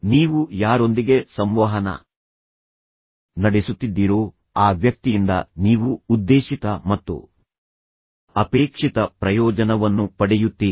ನೀವು ಯಾರೊಂದಿಗೆ ಸಂವಹನ ನಡೆಸುತ್ತಿದ್ದೀರೋ ಆ ವ್ಯಕ್ತಿಯಿಂದ ನೀವು ಉದ್ದೇಶಿತ ಮತ್ತು ಅಪೇಕ್ಷಿತ ಪ್ರಯೋಜನವನ್ನು ಪಡೆಯುತ್ತೀರಿ